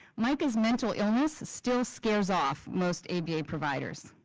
mica's mental illness still scares off most aba providers.